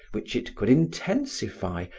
which it could intensify,